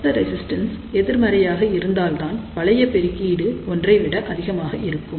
மொத்த ரெசிஸ்டன்ஸ் எதிர்மறையாக இருந்தால் தான் வளையப் பெருக்கீடு ஒன்றை விட அதிகமாக இருக்கும்